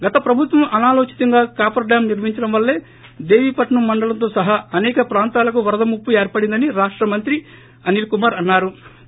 గత ప్రబుత్వం అనాలోచితంగా కాపర్ డ్యాం నిర్మించడం వల్లే దేవిపట్నం మండలంతో ్సహా అసేక ప్రాంతాలకు వరద ముప్పు ఏర్పడిందని రాష్ట మంత్రి అనిల్ కుమార్ అన్నా రు